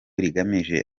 rigamije